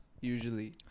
usually